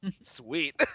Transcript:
Sweet